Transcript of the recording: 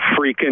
freaking